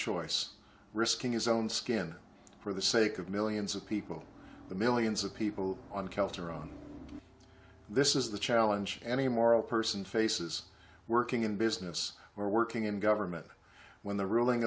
choice risking his own skin for the sake of millions of people the millions of people on calderon this is the challenge any moral person faces working in business or working in government when the ruling